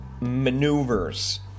maneuvers